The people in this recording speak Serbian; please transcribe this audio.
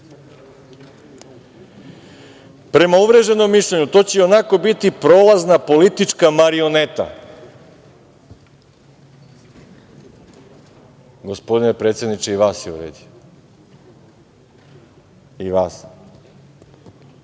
Prema uvreženom mišljenju to će i onako biti prolazna politička marioneta. Gospodine predsedniče, i vas je uvredio. Dok